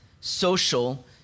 social